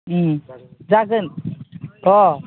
उम जागोन अह